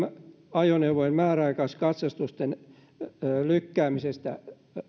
ajoneuvojen määräaikaiskatsastusten lykkäämisestä